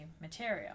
material